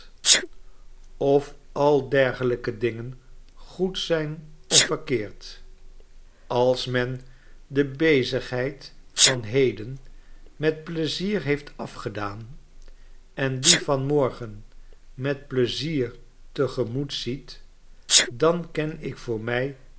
of al dergelijke dingen goed zijn of verkeerd als men de bezigheid van heden met pleizier heeft afgedaan en die van morgen met pleizier te gemoet ziet dan ken ik voor mij